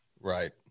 Right